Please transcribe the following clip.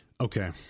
Okay